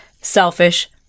selfish